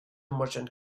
merchant